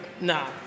nah